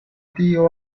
tio